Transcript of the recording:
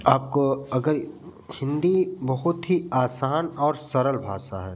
आपको अगर हिंदी बहुत ही आसान और सरल भाषा है